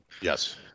Yes